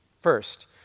First